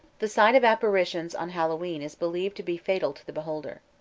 the sight of apparitions on hallowe'en is believed to be fatal to the beholder.